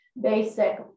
basic